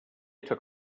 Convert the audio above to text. took